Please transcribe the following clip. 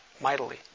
mightily